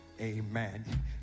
amen